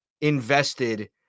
invested